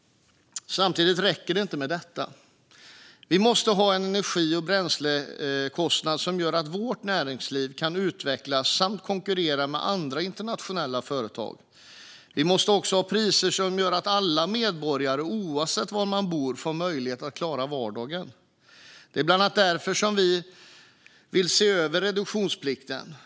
Samtidigt räcker det inte med detta. Vi måste ha energi och bränslekostnader som gör att vårt näringsliv kan utvecklas och konkurrera med andra internationella företag. Vi måste också ha priser som gör att alla medborgare, oavsett var de bor, har möjlighet att klara vardagen. Det är bland annat därför som vi vill se över reduktionsplikten.